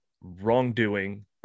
wrongdoing